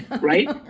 right